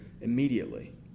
immediately